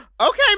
okay